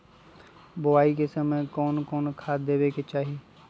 बोआई के समय कौन खाद देवे के चाही?